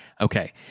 Okay